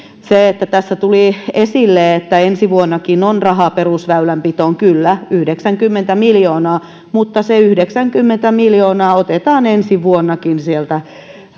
tässä tuli esille että ensi vuonnakin on rahaa perusväylänpitoon kyllä yhdeksänkymmentä miljoonaa mutta se yhdeksänkymmentä miljoonaa otetaan ensi vuonnakin